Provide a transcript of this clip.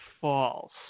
false